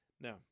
Now